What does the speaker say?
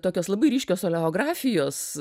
tokios labai ryškios oleografijos